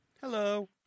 Hello